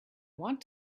want